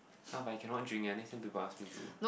!huh! but I cannot drink eh next day to bus me too